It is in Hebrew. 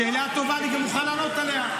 שאלה טובה, אני גם מוכן לענות עליה.